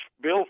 bill